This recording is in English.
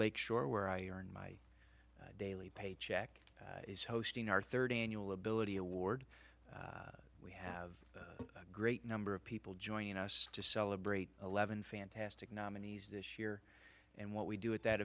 lake shore where i earn my daily paycheck is hosting our third annual ability award we have a great number of people joining us to celebrate eleven fantastic nominees this year and what we do at that